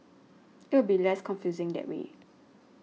it will be less confusing that way